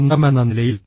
സ്വന്തമെന്ന നിലയിൽ